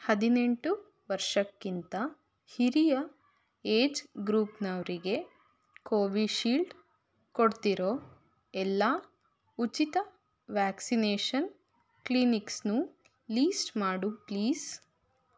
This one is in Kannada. ಹದಿನೆಂಟು ವರ್ಷಕ್ಕಿಂತ ಹಿರಿಯ ಏಜ್ ಗ್ರೂಪ್ನವರಿಗೆ ಕೋವಿಶೀಲ್ಡ್ ಕೊಡ್ತಿರೋ ಎಲ್ಲ ಉಚಿತ ವ್ಯಾಕ್ಸಿನೇಷನ್ ಕ್ಲಿನಿಕ್ಸನ್ನೂ ಲೀಸ್ಟ್ ಮಾಡು ಪ್ಲೀಸ್